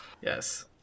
Yes